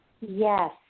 Yes